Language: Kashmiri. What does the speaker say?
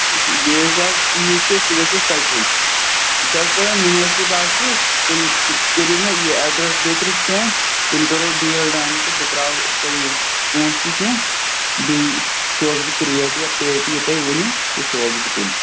آز پیٖٹۍ چھِ سُہ گَژھیو سَتہِ ہَتہِ یُس حظ تۄہہِ وۄنۍ مُنٲسِب باسیوٗ تیٚلہِ کٔرِو مےٚ یہِ اٮ۪ڈرَس بیترِ سٮ۪نٛڈ تیٚلہِ کَرو ڈیٖل ڈَن تہٕ بہٕ ترٛاوَو تۄہہ یہِ پونٛسہِ کیٚنٛہہ بیٚیہِ سوزٕ بہٕ کرٛیٹ یا پیٹہِ یہِ تُہۍ ؤنِو تہِ سوزٕ بہٕ تیٚلہِ